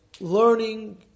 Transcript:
learning